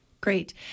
great